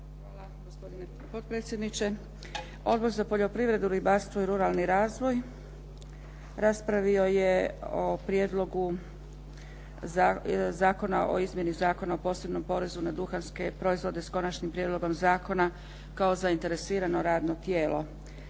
Hvala gospodine potpredsjedniče. Odbor za poljoprivredu, ribarstvo i ruralni razvoj raspravio je o Prijedlogu zakona o izmjeni Zakona o posebnom porezu na duhanske proizvode s Konačnim prijedlogom zakona kao zainteresirano radno tijelo.